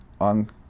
on